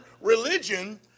religion